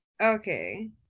Okay